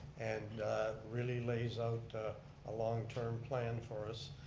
and really lays out a long term plan for us,